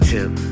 Tip